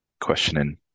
questioning